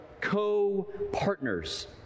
co-partners